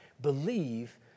believe